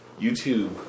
YouTube